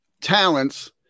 talents